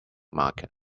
market